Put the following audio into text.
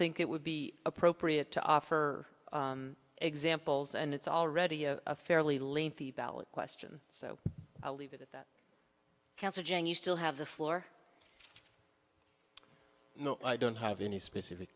think it would be appropriate to offer examples and it's already a fairly lengthy ballot question so i'll leave it at that cancer jan you still have the floor i don't have any specific